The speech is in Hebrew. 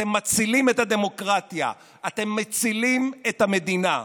אתם מצילים את הדמוקרטיה, אתם מצילים את המדינה.